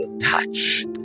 touch